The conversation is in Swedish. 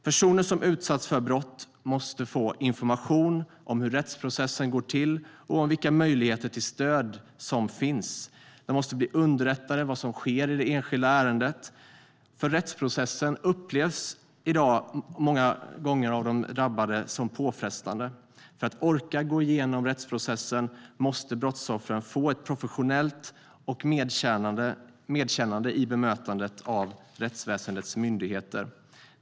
Personer som utsatts för brott måste få information om hur rättsprocessen går till och om vilka möjligheter till stöd som finns. De måste bli underrättade om vad som sker i det enskilda ärendet. Rättsprocessen upplevs många gånger av de drabbade som påfrestande. För att orka gå igenom rättsprocessen måste brottsoffren få ett professionellt och medkännande bemötande av rättsväsendets myndigheter.